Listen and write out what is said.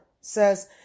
says